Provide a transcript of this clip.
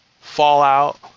fallout